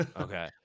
Okay